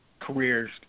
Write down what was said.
careers